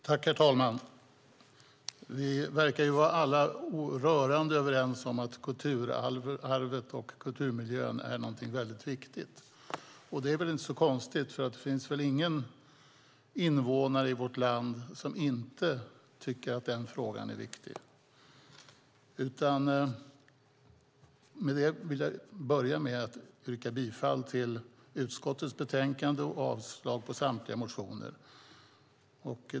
Herr talman! Vi verkar alla vara rörande överens om att kulturarvet och kulturmiljön är något väldigt viktigt. Det är väl inte så konstigt. Det finns väl ingen invånare i vårt land som inte tycker att den frågan är viktig. Med det vill jag börja med att yrka bifall till förslaget i utskottets betänkande och avslag på samtliga motioner.